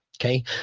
okay